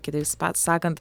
kitais pat sakant